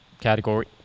category